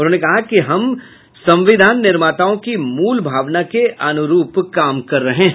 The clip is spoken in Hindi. उन्होंने कहा कि हम संविधान निर्माताओं की मूल भावना के अनुरूप काम कर रहे हैं